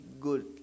good